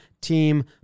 team